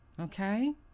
okay